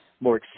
More